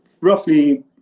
roughly